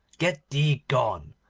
get thee gone.